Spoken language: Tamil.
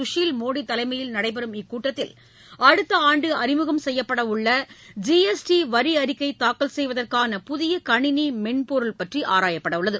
சுஷில் மோடி தலைமையில் நடைபெறும் இக்கூட்டத்தில் அடுத்த ஆண்டு அறிமுகம் செய்யப்படவுள்ள ஜிஎஸ்டி வரி அறிக்கை தாக்கல் செய்வதற்கான புதிய கணினி மென்பொருள் பற்றி ஆராயப்படவுள்ளது